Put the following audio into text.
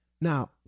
Now